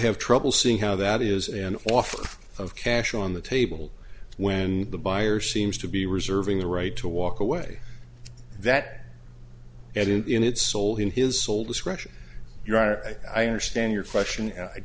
have trouble seeing how that is an offer of cash on the table when the buyer seems to be reserving the right to walk away that it is in its sole in his sole discretion your honor i understand your question